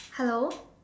hello